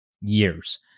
years